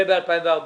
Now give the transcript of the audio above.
זה ב-2014.